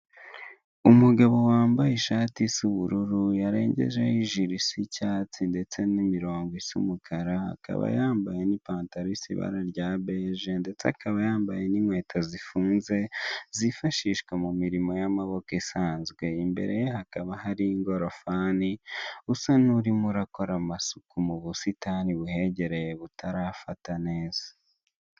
Umugabo wambaye ishati isa ubururu, yarengejeho ijiri isa cyatsi ndetse n’imirongo isa umukara, akaba yambaye ni ipantarosi isa ibara rya beje. Ndetse akaba yambaye n’inkweto zifunze zifashishwa mu mirimo y’amaboko isanzwe. Imbere ye hakaba hari ingorofani usa n’urimo akora amasuku mu busitani buhegereye, butarafata neza.